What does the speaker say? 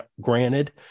Granted